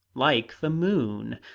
like the moon,